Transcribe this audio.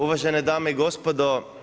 Uvažene dame i gospodo.